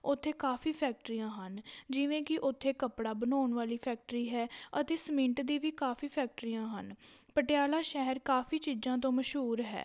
ਉੱਥੇ ਕਾਫੀ ਫੈਕਟਰੀਆਂ ਹਨ ਜਿਵੇਂ ਕਿ ਉੱਥੇ ਕੱਪੜਾ ਬਣਾਉਣ ਵਾਲੀ ਫੈਕਟਰੀ ਹੈ ਅਤੇ ਸਮਿੰਟ ਦੀ ਵੀ ਕਾਫੀ ਫੈਕਟਰੀਆਂ ਹਨ ਪਟਿਆਲਾ ਸ਼ਹਿਰ ਕਾਫੀ ਚੀਜ਼ਾਂ ਤੋਂ ਮਸ਼ਹੂਰ ਹੈ